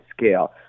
scale